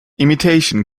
imitation